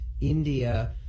India